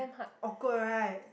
awkward right